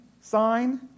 sign